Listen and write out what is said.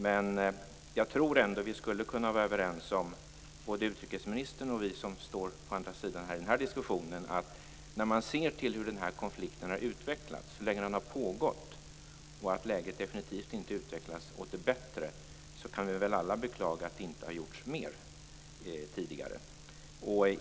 Men jag tror ändå att vi - både utrikesministern och vi andra som deltar i diskussionen här - kan vara överens om att när man ser till hur konflikten har utvecklats, hur länge som den har pågått och till att läget definitivt inte utvecklas till det bättre kan vi väl alla beklaga att det tidigare inte har gjorts mer.